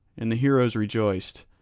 and the heroes rejoiced,